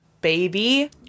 baby